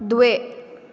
द्वे